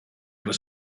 was